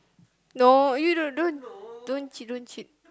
no you don't don't don't cheat don't cheat